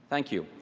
thank you.